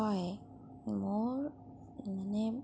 হয় মোৰ এনে